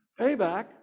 payback